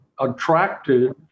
attracted